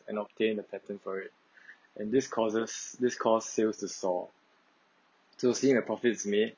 and obtain a patent for it and this causes this cause sales to soar so seeing the profits made